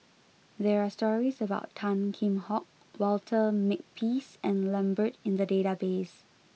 there are stories about Tan Kheam Hock Walter Makepeace and Lambert in the database